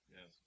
Yes